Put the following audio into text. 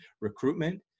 recruitment